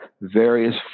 various